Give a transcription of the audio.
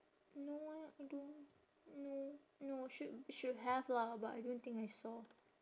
no eh I don't no no should should have lah but I don't think I saw